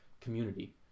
community